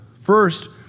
First